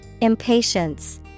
Impatience